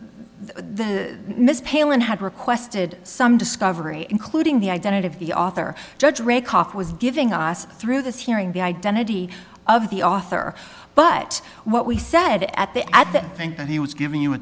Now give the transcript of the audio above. the miss pailin had requested some discovery including the identity of the author judge rakoff was giving us through this hearing the identity of the author but what we said at the at that think he was giving you a